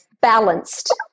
balanced